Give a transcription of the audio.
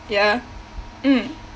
ya mm